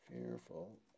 fearful